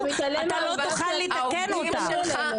אתה לא תוכל לתקן אותה.